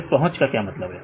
यह पहुंच का क्या मतलब है